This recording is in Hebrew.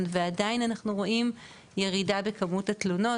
ועדיין אנחנו רואים ירידה בכמות התלונות,